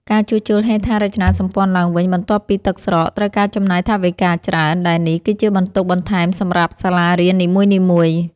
ការជួសជុលហេដ្ឋារចនាសម្ព័ន្ធឡើងវិញបន្ទាប់ពីទឹកស្រក ត្រូវការចំណាយថវិកាច្រើន ដែលនេះ គឺជាបន្ទុកបន្ថែមសម្រាប់សាលារៀននីមួយៗ។